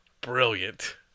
brilliant